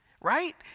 right